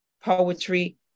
poetry